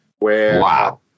Wow